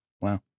Wow